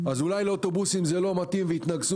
אז אולי לאוטובוסים זה לא מתאים ויתנקזו